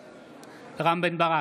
בעד רם בן ברק,